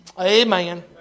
Amen